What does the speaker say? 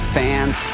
fans